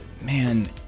man